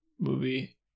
Movie